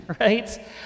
right